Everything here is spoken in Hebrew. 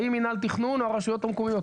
האם מינהל תכנון או רשויות מקומיות?